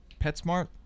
PetSmart